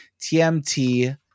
tmt